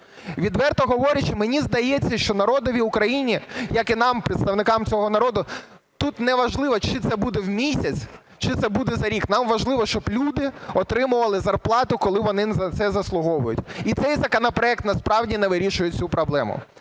Відверто говорячи, мені здається, що народові України як і нам, представникам цього народу, тут не важливо чи це буде в місяць, чи це буде за рік. Нам важливо, щоб люди отримували зарплату, коли вони це заслуговують. І цей законопроект насправді не вирішує цю проблему.